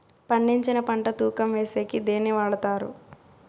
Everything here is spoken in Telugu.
పండించిన పంట తూకం వేసేకి దేన్ని వాడతారు?